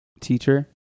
Teacher